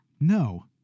No